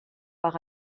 par